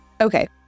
Okay